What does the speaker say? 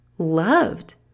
loved